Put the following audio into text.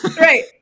right